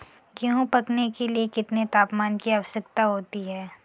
गेहूँ पकने के लिए कितने तापमान की आवश्यकता होती है?